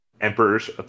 emperors